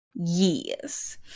Yes